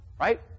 right